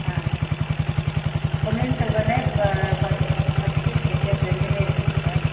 ஆ பொன்னியின் செல்வன்னு first second ரெண்டுமே இருக்குங்க சார்